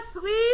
sweet